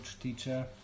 teacher